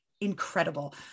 incredible